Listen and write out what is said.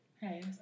Hey